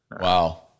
Wow